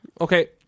Okay